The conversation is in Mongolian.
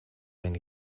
байна